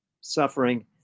suffering